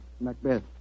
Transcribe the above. Macbeth